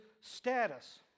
status